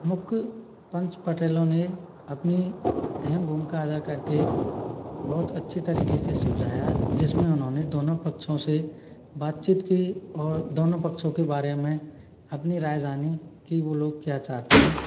मुख्य पंच पटेलों ने अपनी अहम भूमिका अदा करके बहुत अच्छे तरीके से सुलझाया जिसमें उन्होंने दोनों पक्षों से बातचीत की और दोनों पक्षों के बारे में अपनी राय जानी कि वो लोग क्या चाहते हैं